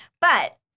but-